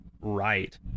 right